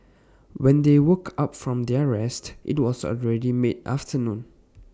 when they woke up from their rest IT was already mid afternoon